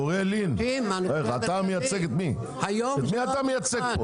אוריאל לין, את מי אתה מייצג פה?